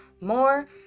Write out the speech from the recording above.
more